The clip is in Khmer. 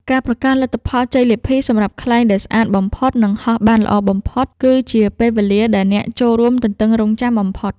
ការប្រកាសលទ្ធផលជ័យលាភីសម្រាប់ខ្លែងដែលស្អាតបំផុត និងហោះបានល្អបំផុត គឺជាពេលវេលាដែលអ្នកចូលរួមទន្ទឹងរង់ចាំបំផុត។